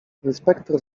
inspektor